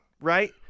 right